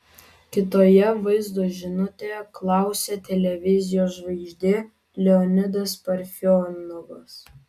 kitoje vaizdo žinutėje klausė televizijos žvaigždė leonidas parfionovas